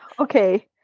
Okay